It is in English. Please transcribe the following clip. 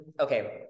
Okay